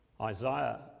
Isaiah